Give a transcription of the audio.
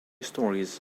stories